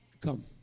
Come